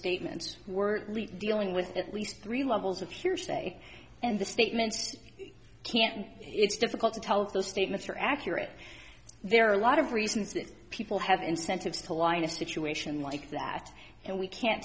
statements were leaked dealing with at least three levels of hearsay and the statements can't it's difficult to tell if those statements are accurate there are a lot of reasons that people have incentives to lie in a situation like that and we can't